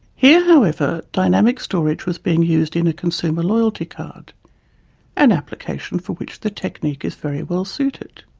here, however, dynamic storage was being used in a consumer loyalty card an application for which the technique is very well suited.